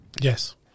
Yes